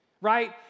right